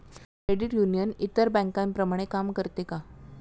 Credit union इतर बँकांप्रमाणे काम करते का?